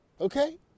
Okay